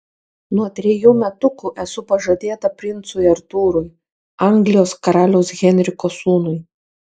nuo trejų metukų esu pažadėta princui artūrui anglijos karaliaus henriko sūnui